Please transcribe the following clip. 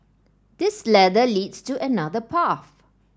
this ladder leads to another path